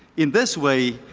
in this way,